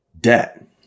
debt